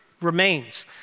remains